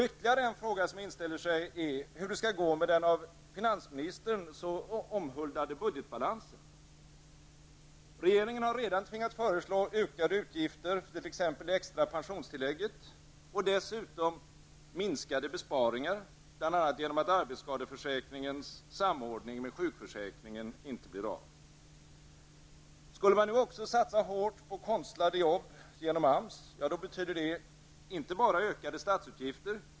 Ytterligare en fråga som inställer sig är hur det skall gå med den av finansministern så omhuldade budgetbalansen. Regeringen har redan tvingats föreslå ökade utgifter för t.ex. det extra pensionstillägget och dessutom minskade besparingar, bl.a. genom att arbetsskadeförsäkringens samordning med sjukförsäkringen inte blir av. Skulle man nu också satsa hårt på konstlade jobb genom AMS, betyder det inte bara ökade statsutgifter.